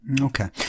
Okay